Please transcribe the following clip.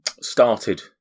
started